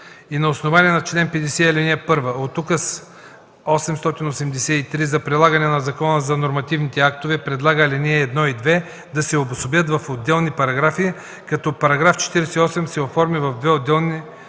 и на основание чл. 50, ал. 1 от Указ № 883 за прилагане на Закона за нормативните актове предлага ал. 1 и 2 да се обособят в отделни параграфи, като § 48 се оформи в два отделни параграфа,